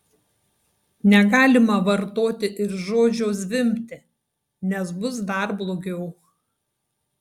negalima vartoti ir žodžio zvimbti nes bus dar blogiau